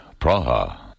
Praha